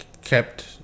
kept